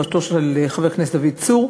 בראשותו של חבר הכנסת דוד צור,